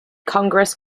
congress